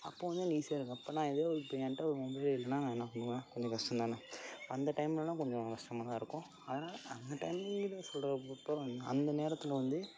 அப்போது வந்து எனக்கு ஈஸியாக இருக்கும் அப்போ நான் ஏதோ இப்போ என்கிட்ட ஒரு மொபைல் இருக்குனால் நான் என்ன பண்ணுவேன் கொஞ்சம் கஷ்டம் தான் அந்த டைம்லலாம் கொஞ்சம் கஷ்டமாக தான் இருக்கும் ஆனால் அந்த டைமிங்கில் சொல்கிற அந்த நேரத்தில் வந்து